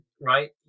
Right